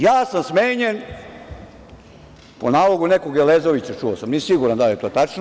Ja sam smenjen po nalogu nekog Elezovića, čuo sam, nisam siguran da li je to tačno.